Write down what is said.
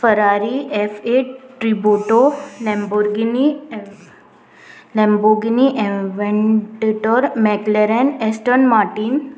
Ferrari F A Tributo Lamborghini Lamborghini Aventador McLaren Aston Martin